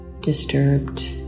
disturbed